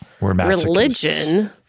religion